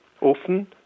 often